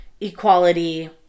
equality